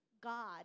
God